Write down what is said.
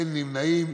אין נמנעים.